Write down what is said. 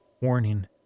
Warning